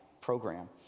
program